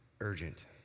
Urgent